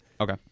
Okay